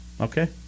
Okay